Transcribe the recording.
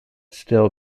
still